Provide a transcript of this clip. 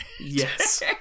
Yes